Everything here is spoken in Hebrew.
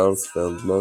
המפיק, צ'ארלס פלדמן,